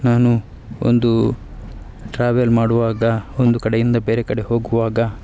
ನಾನು ಒಂದು ಟ್ರಾವೆಲ್ ಮಾಡುವಾಗ ಒಂದು ಕಡೆಯಿಂದ ಬೇರೆ ಕಡೆ ಹೋಗುವಾಗ